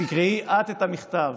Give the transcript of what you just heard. תקרא אתה את המכתב.